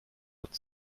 but